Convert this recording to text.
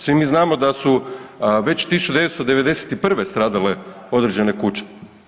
Svi mi znamo da su već 1991. stradale određene kuće.